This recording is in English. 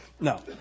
No